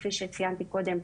כפי שציינתי קודם,